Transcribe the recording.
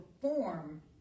perform